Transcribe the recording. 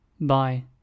Bye